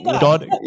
God